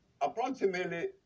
approximately